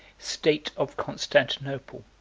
state of constantinople